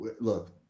look